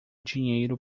dinheiro